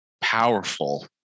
powerful